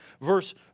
Verse